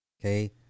Okay